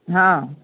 हँ